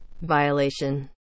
violation